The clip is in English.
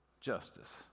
justice